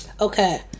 okay